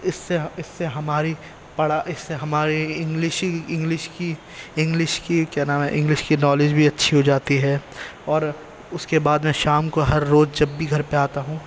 اس سے اس سے ہماری پڑا اس سے ہماری انگلش انگلش کی انگلش کی کیا نام ہے انگلش کی نالج بھی اچھی ہو جاتی ہے اور اس کے بعد میں شام کو ہر روز جب بھی گھر پہ آتا ہوں